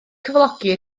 cyflogi